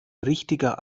richtiger